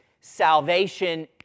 salvation